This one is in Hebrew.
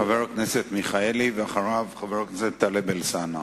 חבר הכנסת מיכאלי, ואחריו, חבר הכנסת טלב אלסאנע.